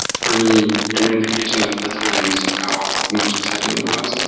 for me, an indication of the times how much excitement there was.